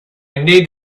need